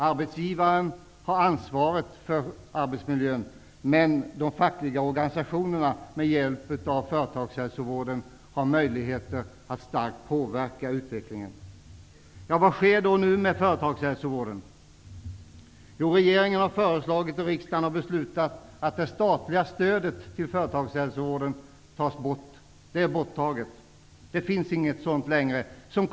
Arbetsgivaren har ansvaret för arbetsmiljön, men de fackliga organisationerna, med hjälp av företagshälsovården, har möjligheter att starkt påverka utvecklingen. Vad sker nu med företagshälsovården? Regeringen har föreslagit och riksdagen har fattat beslut om att det statliga stödet till företagshälsovården skall tas bort, och det har tagits bort. Det finns inte längre något sådant.